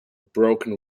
broken